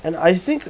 and I think